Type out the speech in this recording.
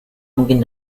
mungkin